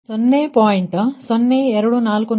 0244 ಸಿಕ್ಕಿತು